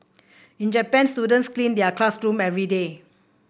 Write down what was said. in Japan students clean their classroom every day